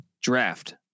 draft